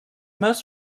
most